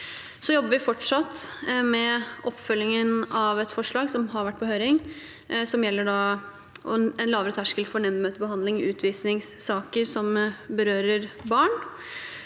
Vi jobber fortsatt med oppfølgingen av et forslag som har vært på høring, og som gjelder en lavere terskel for nemndmøtebehandling i utvisningssaker som berører barn,